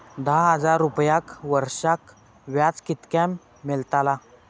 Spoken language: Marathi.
दहा हजार रुपयांक वर्षाक व्याज कितक्या मेलताला?